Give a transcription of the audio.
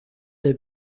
tha